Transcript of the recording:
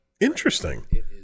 Interesting